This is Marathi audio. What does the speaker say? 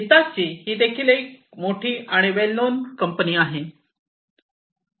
हिताची ही देखील एक मोठी आणि वेल नोन कंपनी आहे